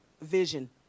vision